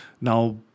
Now